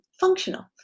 functional